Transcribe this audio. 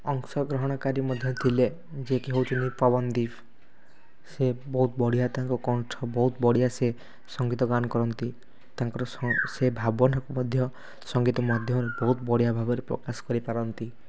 ଅଂଶଗ୍ରହଣକାରୀ ମଧ୍ୟ ଥିଲେ ଯେ କି ହେଉଛନ୍ତି ପବନ୍ ଦୀପ୍ ସେ ବହୁତ ବଢ଼ିଆ ତାଙ୍କ କଣ୍ଠ ବହୁତ ବଢ଼ିଆ ସେ ସଙ୍ଗୀତ ଗାନ କରନ୍ତି ତାଙ୍କର ସ ସେ ଭାବନାକୁ ମଧ୍ୟ ସଙ୍ଗୀତ ମଧ୍ୟ ବହୁତ ବଢ଼ିଆ ଭାବରେ ପ୍ରକାଶ କରିପାରନ୍ତି